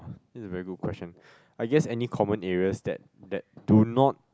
!wah! this is a very good question I guess any common areas that that do not